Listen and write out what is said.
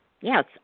Yes